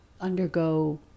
undergo